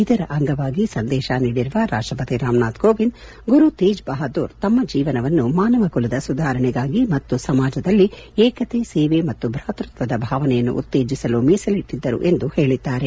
ಇದರ ಅಂಗವಾಗಿ ಸಂದೇಶ ನೀಡಿರುವ ರಾಷ್ಟಪತಿ ರಾಮನಾಥ್ ಕೋವಿಂದ್ ಗುರು ತೇಜ್ ಬಹದೂರ್ ತಮ್ಮ ಜೀವನವನ್ನು ಮಾನವ ಕುಲದ ಸುಧಾರಣೆಗಾಗಿ ಮತ್ತು ಸಮಾಜದಲ್ಲಿ ಏಕತೆ ಸೇವೆ ಮತ್ತು ಭಾತೃಕ್ಷದ ಭಾವನೆಯನ್ನು ಉತ್ತೇಜಿಸಲು ಮೀಸಲಿಟ್ಟಿದ್ದರು ಎಂದು ಹೇಳಿದ್ದಾರೆ